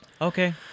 okay